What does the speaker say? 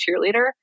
cheerleader